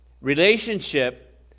relationship